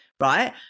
Right